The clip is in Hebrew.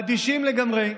אדישים לגמרי.